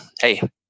hey